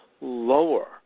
lower